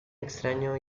extraño